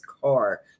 car